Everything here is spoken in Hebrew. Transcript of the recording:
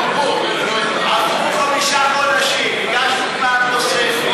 עברו חמישה חודשים, והגשנו פעם נוספת.